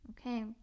Okay